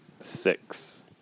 Six